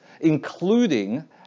including